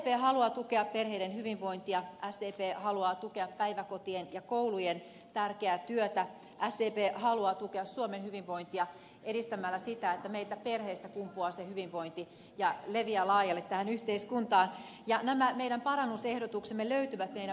sdp haluaa tukea perheiden hyvinvointia sdp haluaa tukea päiväkotien ja koulujen tärkeää työtä sdp haluaa tukea suomen hyvinvointia edistämällä sitä että meiltä perheistä kumpuaa se hyvinvointi ja leviää laajalle tähän yhteiskuntaan ja nämä meidän parannusehdotuksemme löytyvät meidän vaihtobudjetistamme